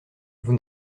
vous